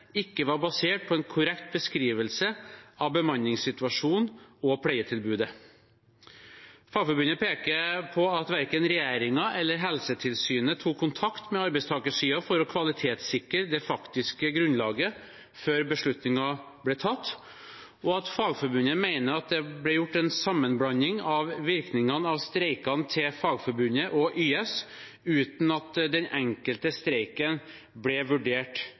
ikke var basert på en korrekt beskrivelse av bemanningssituasjonen og pleietilbudet. Fagforbundet peker på at verken regjeringen eller Helsetilsynet tok kontakt med arbeidstakersiden for å kvalitetssikre det faktiske grunnlaget før beslutningen ble tatt, og at Fagforbundet mener at det ble gjort en sammenblanding av virkningene av streikene til Fagforbundet og YS uten at den enkelte streiken ble vurdert